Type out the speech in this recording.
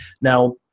Now